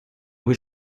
was